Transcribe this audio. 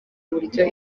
uburyo